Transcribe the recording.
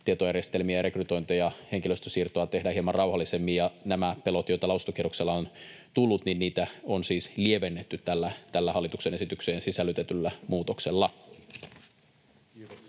tietojärjestelmiä, rekrytointeja ja henkilöstösiirtoja tehdä hieman rauhallisemmin. Näitä pelkoja, joita lausuntokierroksella on tullut, on siis lievennetty tällä hallituksen esitykseen sisällytetyllä muutoksella.